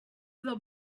the